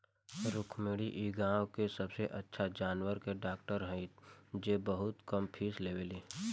रुक्मिणी इ गाँव के सबसे अच्छा जानवर के डॉक्टर हई जे बहुत कम फीस लेवेली